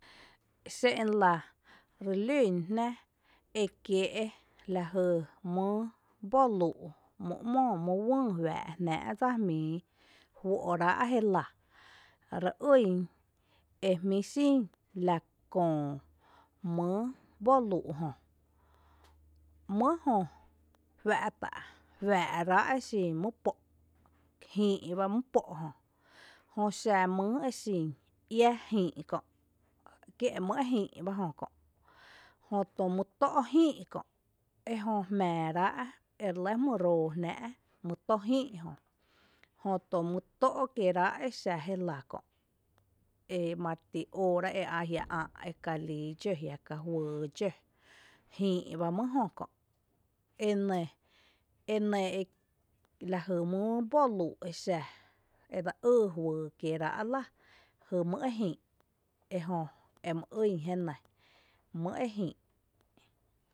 Xé’n lⱥ relún jnⱥ ekiee’ lajy mýyý bóluu’ mý ‘mó mýyý uïï juaa’ jnⱥⱥ’ dsa jmíi juó’ ráa’ jelⱥ, re ýn jmíi’ xín la köö mýyý boluu’ jö, mý ejö juⱥⱥ’ raá’ mý pó’, jïï bá mý pó’ jö, jö xa mýyý exin iⱥ jïï’ kö’ kie’ mý ejïï’ bajö kö’ jötu mýtó’ jïï’ kö’ ejö jmⱥⱥ rá’ ere lɇ jmýróó jnⱥⱥ’ mýtó’ jïï’ jö, jötu mý tó’ kieera’ exa jelⱥ kö’ emariti oora eajiⱥ’ ä’ kalíi dxǿ jiaka juyy dxǿ jïï’ bá mýejö kö’ enɇ, enɇ lajy mýyý boluu’ exa edse ýý juyy kieera’ lⱥ jy mý ejïï’ ejö emy ýn jenɇ mýyý e jïï’.